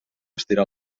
estirar